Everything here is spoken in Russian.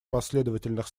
последовательных